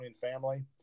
family